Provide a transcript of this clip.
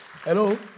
Hello